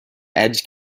edge